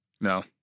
No